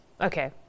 Okay